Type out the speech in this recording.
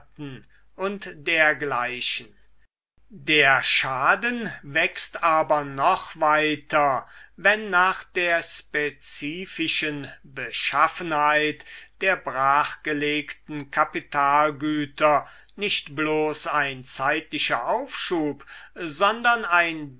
u dgl der schaden wächst aber noch weiter wenn nach der spezifischen beschaffenheit der brachgelegten kapitalgüter nicht bloß ein zeitlicher aufschub sondern ein